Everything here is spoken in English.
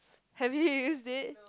have you use it